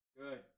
Good